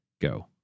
go